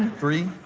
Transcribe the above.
three,